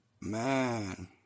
man